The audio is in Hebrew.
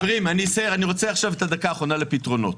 חברים, אני רוצה את הדקה האחרונה לפתרונות,